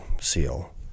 SEAL